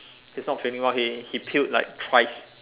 he is not feeling well he puke like thrice